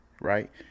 right